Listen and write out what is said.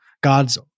God's